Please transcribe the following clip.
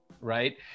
right